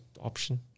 option